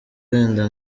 wenda